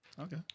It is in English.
Okay